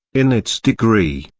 in its degree,